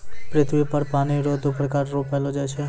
पृथ्वी पर पानी रो दु प्रकार रो पैलो जाय छै